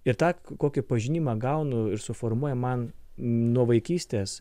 ir tą kokį pažinimą gaunu ir suformuoja man nuo vaikystės